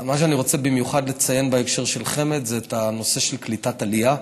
מה שאני רוצה במיוחד לציין בהקשר של חמ"ד זה את הנושא של קליטת עלייה.